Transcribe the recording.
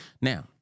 Now